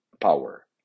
power